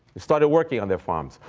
they started working on their farms.